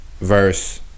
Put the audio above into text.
verse